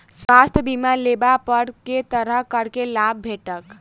स्वास्थ्य बीमा लेबा पर केँ तरहक करके लाभ भेटत?